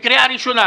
בקריאה ראשונה.